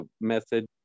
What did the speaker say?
method